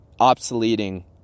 obsoleting